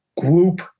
group